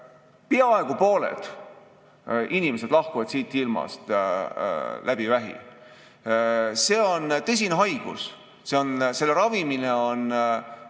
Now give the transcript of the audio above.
Peaaegu pooled inimesed lahkuvad siitilmast vähi tõttu. See on tõsine haigus, selle ravimine on